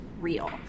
real